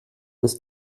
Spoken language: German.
ist